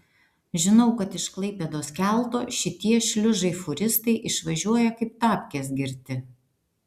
žinau kad iš klaipėdos kelto šitie šliužai fūristai išvažiuoja kaip tapkės girti